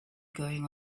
going